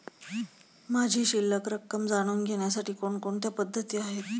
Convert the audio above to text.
माझी शिल्लक रक्कम जाणून घेण्यासाठी कोणकोणत्या पद्धती आहेत?